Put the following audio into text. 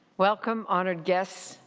welcome honoured guests,